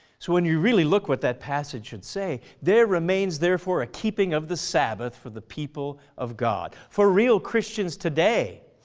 so when you really look what that passage should say, there remains therefore a keeping of the sabbath for the people of god. for real christians today.